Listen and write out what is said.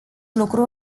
lucru